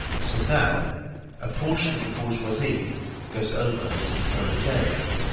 so now a portion of the bourgeoisie goes over to the proletariat,